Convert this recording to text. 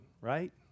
right